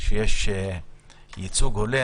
שיש ייצוג הולם.